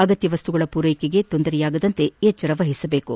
ಅಗತ್ಯ ಮಸ್ತುಗಳ ಪೂರೈಕೆಗೆ ತೊಂದರೆಯಾಗದಂತೆ ಎಚ್ಚರ ವಹಿಸಬೇಕು